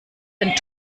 den